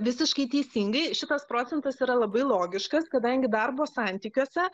visiškai teisingai šitas procentas yra labai logiškas kadangi darbo santykiuose